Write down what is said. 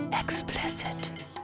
Explicit